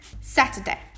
Saturday